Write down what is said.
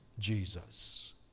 jesus